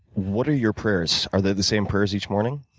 what are your prayers? are they the same prayers each morning?